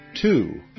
two